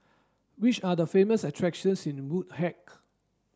which are the famous attractions in Windhoek